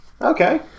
Okay